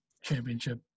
championship